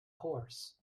horse